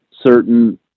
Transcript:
certain